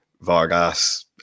vargas